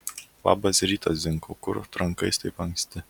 labas rytas zinkau kur trankais taip anksti